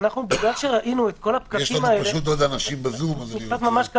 בגלל שראינו את כל הפקקים התקציביים,